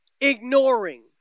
ignoring